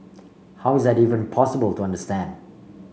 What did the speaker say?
how is that even possible to understand